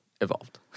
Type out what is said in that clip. evolved